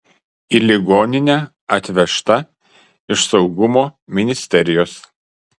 į ligoninę atvežta iš saugumo ministerijos